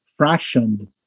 fractioned